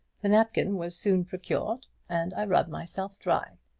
the napkin was soon procured and i rubbed myself dry.